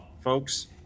folks